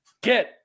get